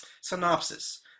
synopsis